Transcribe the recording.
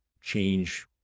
change